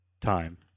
Time